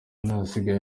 nasigaye